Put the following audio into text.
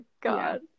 God